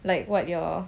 like what your